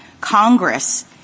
Congress